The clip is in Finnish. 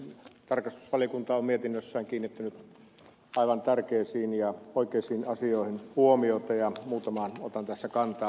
tarkastusvaliokunta on mietinnössään kiinnittänyt aivan tärkeisiin ja oikeisiin asioihin huomiota ja muutamaan otan tässä kantaa